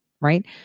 right